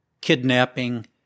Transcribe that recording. kidnapping